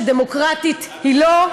דמוקרטית היא לא.